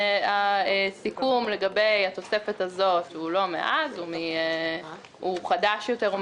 הסיכום לגבי התוספת הזאת הוא חדש יותר,